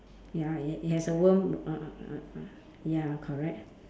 ya it it has a worm uh uh uh uh ya correct